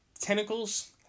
tentacles